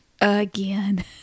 again